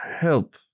help